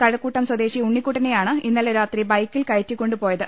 കഴക്കൂട്ടം സ്വദേശി ഉണ്ണിക്കുട്ടനെയാണ് ഇന്നലെ രാത്രി ബൈക്കിൽ കയറ്റിക്കൊണ്ടുപോയത്